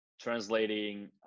translating